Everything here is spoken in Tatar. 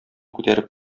күтәреп